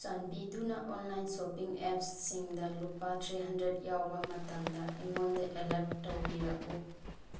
ꯆꯥꯟꯕꯤꯗꯨꯅ online shopping ꯑꯦꯞꯁꯤꯡꯗ ꯂꯨꯄꯥ ꯊ꯭ꯔꯤ ꯍꯟꯗ꯭ꯔꯦꯠ ꯌꯥꯎꯕ ꯃꯇꯝꯗ ꯑꯩꯉꯣꯟꯗ ꯑꯦꯂꯥꯔꯠ ꯇꯧꯕꯤꯔꯛꯎ